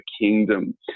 kingdom